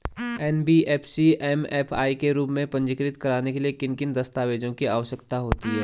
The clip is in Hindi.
एन.बी.एफ.सी एम.एफ.आई के रूप में पंजीकृत कराने के लिए किन किन दस्तावेज़ों की आवश्यकता होती है?